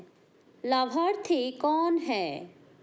लाभार्थी कौन है?